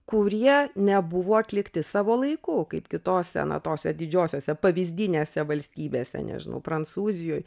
kurie nebuvo atlikti savo laiku kaip kitose na tose didžiosiose pavyzdinėse valstybėse nežinau prancūzijoj